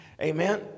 Amen